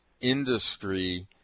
industry